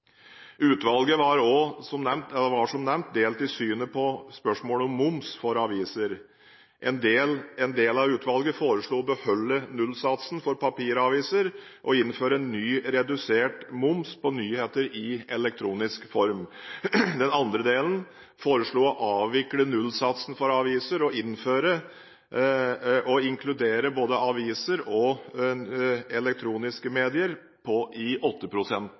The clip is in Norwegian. synet på spørsmålet om moms på aviser. En del av utvalget foreslo å beholde nullsatsen for papiraviser og innføre en ny, redusert moms på nyheter i elektronisk form. Den andre delen foreslo å avvikle nullsatsen for aviser og inkludere både aviser og elektroniske medier i 8 pst.-satsen som vi har i